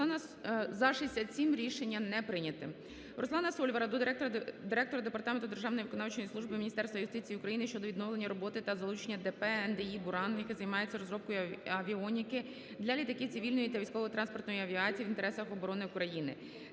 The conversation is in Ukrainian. за. Рішення не прийняте. Руслана Сольвара до директора Департаменту державної виконавчої служби Міністерства юстиції України щодо відновлення роботи та залучення ДП"НДІ"Буран", яке займається розробкою авіоніки для літаків цивільної та військово-транспортної авіації, в інтересах оборони України.